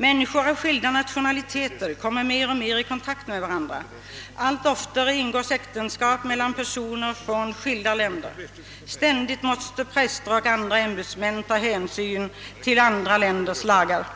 Människor av skilda nationaliteter kommer mer och mer i kontakt med varandra. Allt oftare ingås äktenskap mellan personer från skilda länder. Ständigt måste präster och andra ämbetsmän ta hänsyn till andra länders lagar.